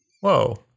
Whoa